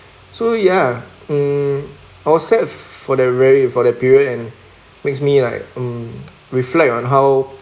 so ya mm I was sad for the grieve for the period and makes me like mm reflect on how to